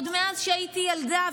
עוד מאז שהייתי ילדה,